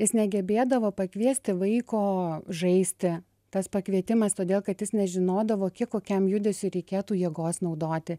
jis negebėdavo pakviesti vaiko žaisti tas pakvietimas todėl kad jis nežinodavo kiek kokiam judesiu reikėtų jėgos naudoti